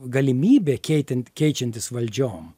galimybė keitent keičiantis valdžiom